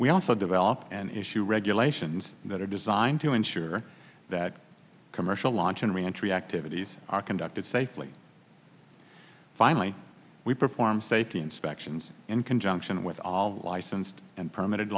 we also develop an issue regulations that are designed to ensure that commercial launch and re entry activities are conducted safely finally we perform safety inspections in conjunction with all license and permitted